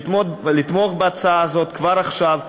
לתמוך בהצעה הזאת כבר עכשיו,